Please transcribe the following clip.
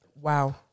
Wow